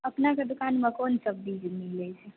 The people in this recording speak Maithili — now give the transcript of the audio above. अपनेके दोकानमे कोन सब बीज मिलै छै